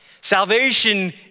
Salvation